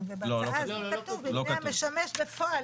ובהצעה הזאת כתוב מבנה המשומש בפועל למגורים.